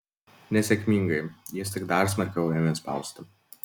nesėkmingai jis tik dar smarkiau ėmė spausti